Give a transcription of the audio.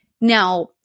Now